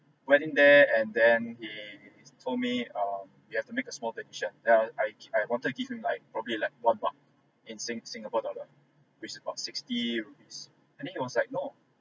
went in there and then he told me um you have to make a small donation err down I ke~ I wanted to give him like probably like one buck in sing singapore dollar which about sixty rupees and he was like no